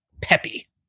peppy